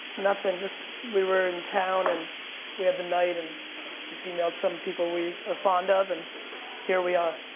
nothing, just, we were in town, and we had the night, and just emailed some people we are fond of, and here we are.